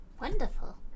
Wonderful